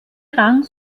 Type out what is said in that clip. rang